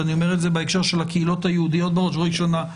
ואני אומר את זה בהקשר של הקהילות היהודיות בראש ובראשונה,